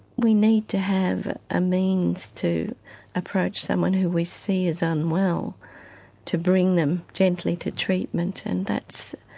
we need to have a means to approach someone who we see is unwell to bring them gently to treatment and that's,